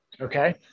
Okay